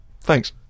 Thanks